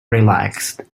relaxed